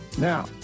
Now